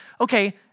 Okay